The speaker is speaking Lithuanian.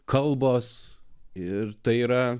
kalbos ir tai yra